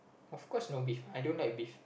of course no beef I don't like beef